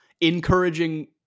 encouraging